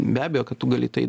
be abejo kad tu gali tai